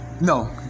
No